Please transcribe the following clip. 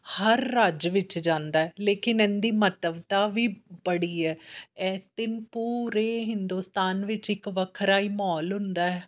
ਹਰ ਰਾਜ ਵਿੱਚ ਜਾਂਦਾ ਲੇਕਿਨ ਇਹਦੀ ਮਹੱਤਵਤਾ ਵੀ ਬੜੀ ਹੈ ਇਸ ਦਿਨ ਪੂਰੇ ਹਿੰਦੁਸਤਾਨ ਵਿੱਚ ਇੱਕ ਵੱਖਰਾ ਹੀ ਮਾਹੌਲ ਹੁੰਦਾ